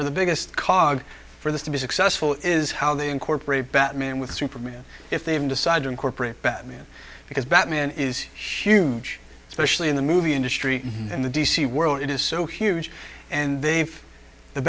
or the biggest cogged for this to be successful is how they incorporate batman with superman if they've decided to incorporate batman because batman is huge especially in the movie industry and the d c world is so huge and they've the